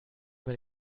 wenn